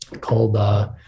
called